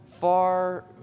far